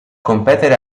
competere